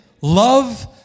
love